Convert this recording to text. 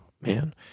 man